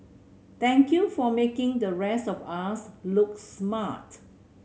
thank you for making the rest of us look smart